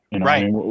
right